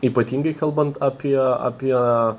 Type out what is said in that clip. ypatingai kalbant apie apie